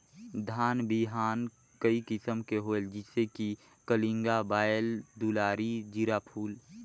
धान बिहान कई किसम के होयल जिसे कि कलिंगा, बाएल दुलारी, जीराफुल?